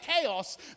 chaos